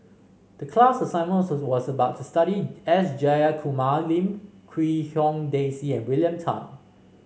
the class assignment was was about to study S Jayakumar Lim Quee Hong Daisy and William Tan